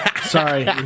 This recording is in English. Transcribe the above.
Sorry